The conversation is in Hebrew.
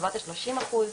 בסביבות השלושים אחוז,